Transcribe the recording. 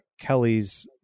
Kelly's